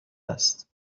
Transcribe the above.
است